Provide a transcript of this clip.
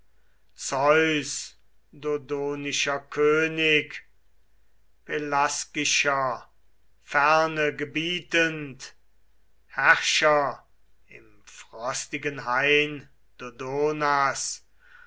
zeus dodonischer könig pelasgischer ferne gebietend herrscher im frostigen hain dodonas